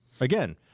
Again